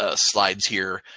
ah slides here,